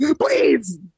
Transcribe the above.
please